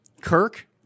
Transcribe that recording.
Kirk